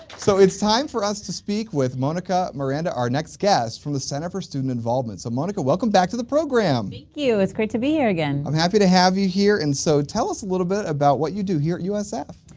so, it's time for us to speak with monika miranda our next guest from the center for student involvement. so, monika welcome back to the program. thank you, it's great to be here again. i'm happy to have you here. and so, tell us a little bit about what you do here at usf.